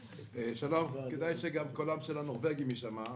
שלום, כדאי שגם קולם של ה"נורווגים" ישמע.